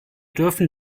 dürfen